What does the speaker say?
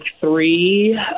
three